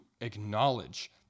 acknowledge